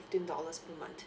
fifteen dollars per month